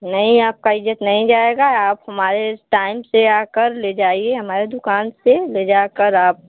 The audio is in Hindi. नहीं आपका इज्जत नहीं जाएगा आप हमारे टाइम से आकर ले जाएं हमारे दुकान से ले जाकर आप